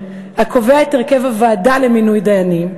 הקובע את הרכב הוועדה למינוי דיינים,